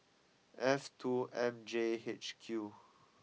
F two M J H Q